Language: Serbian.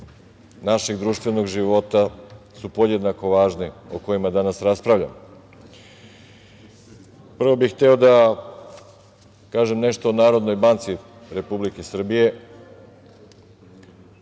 našeg društvenog života su podjednako važne o kojima danas raspravljamo. Prvo bih hteo da kažem nešto o Narodnoj banci Republike Srbije.